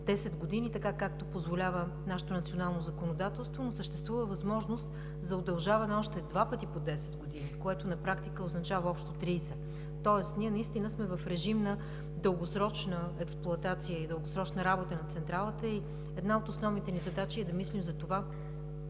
10 години, така както позволява нашето национално законодателство. Но съществува възможност за удължаване с още два пъти по 10 години, което на практика означава общо 30 години, тоест ние наистина сме в режим на дългосрочна експлоатация и на дългосрочна работа на Централата и една от основните ни задачи е да мислим за това